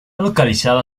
localizada